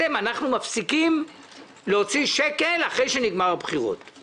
גם בבחירות שהיו בחודש אפריל 2019 אושר התקציב לכל